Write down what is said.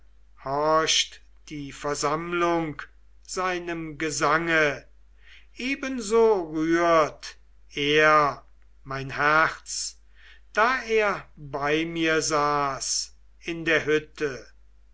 horcht die versammlung seinem gesange ebenso rührt er mein herz da er bei mir saß in der hütte